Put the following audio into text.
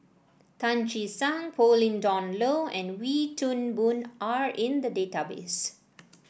Tan Che Sang Pauline Dawn Loh and Wee Toon Boon are in the database